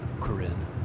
Corinne